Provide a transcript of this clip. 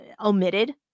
omitted